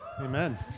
amen